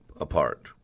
apart